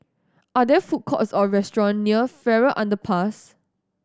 are there food courts or restaurants near Farrer Underpass